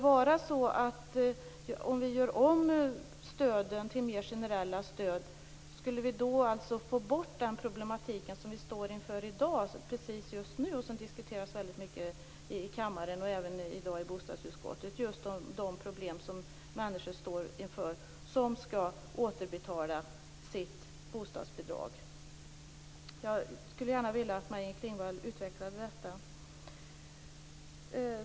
Skulle vi, om vi gör om stöden till mer generella stöd, få bort den problematik som vi står inför i dag - precis just nu - som diskuteras väldigt mycket i kammaren och även i dag i bostadsutskottet. Det gäller just de problem som människor som skall återbetala sitt bostadsbidrag står inför. Jag skulle gärna vilja att Maj-Inger Klingvall utvecklade detta.